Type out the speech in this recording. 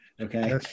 Okay